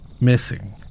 Missing